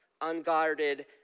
unguarded